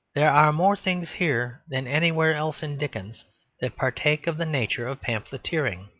there are more things here than anywhere else in dickens that partake of the nature of pamphleteering,